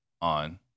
on